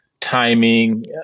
Timing